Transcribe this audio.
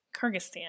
Kyrgyzstan